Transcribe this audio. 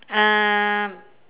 um